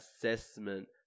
assessment